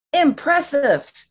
Impressive